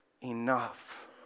enough